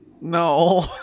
No